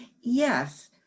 Yes